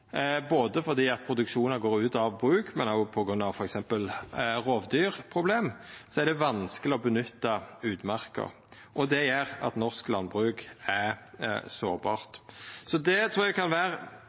Både fordi produksjonar går ut av bruk og på grunn av f.eks. rovdyrproblem, er det vanskeleg å nytta utmarka, og det gjer at norsk landbruk er sårbart.